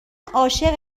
عاشق